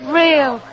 real